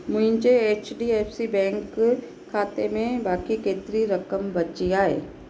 मुंहिंजे H D F C bank खाते में बाक़ी केतिरी रक़म बची आहे